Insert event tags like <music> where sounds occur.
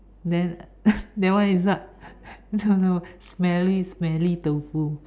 then <laughs> that one is what smelly smelly tofu